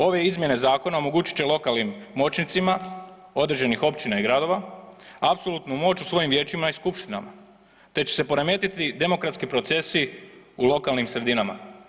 Ove izmjene zakona omogućit će lokalnim moćnicima određenih općina i gradovima apsolutnu moć u svojim vijećima i skupštinama te će se poremetiti demokratski procesi u lokalnim sredinama.